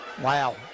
Wow